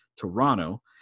Toronto